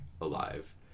alive